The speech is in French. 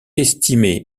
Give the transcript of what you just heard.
estimé